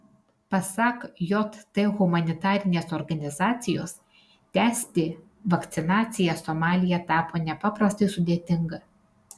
pasak jt humanitarinės organizacijos tęsti vakcinaciją somalyje tapo nepaprastai sudėtinga